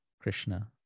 Krishna